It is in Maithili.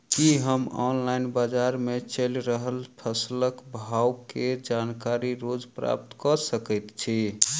की हम ऑनलाइन, बजार मे चलि रहल फसलक भाव केँ जानकारी रोज प्राप्त कऽ सकैत छी?